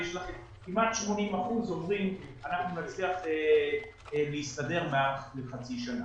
כמעט 80 אחוזים אומרים שהם יצליחו להסתדר מעל חצי שנה.